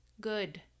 good